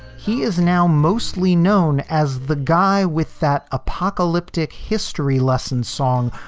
he is now mostly known as the guy with that apocalyptic history lesson song.